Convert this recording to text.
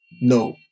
No